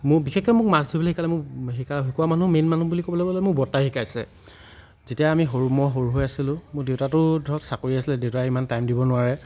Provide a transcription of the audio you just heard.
মোক বিশেষকৈ মোক মাছ ধৰিবলৈ শিকালে মোক শি শিকোৱা মানুহ মেইন মানুহ বুলি ক'বলৈ মোক বৰ্তাই শিকাইছে যেতিয়া আমি মই সৰু হৈ আছিলোঁ মোৰ দেউতাতো ধৰক চাকৰি আছিলে দেউতাই ইমান টাইম দিব নোৱাৰে